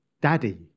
Daddy